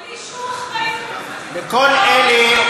בלי שום אחריות לכל אלה,